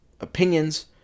opinions